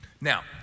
Now